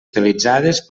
utilitzades